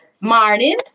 Morning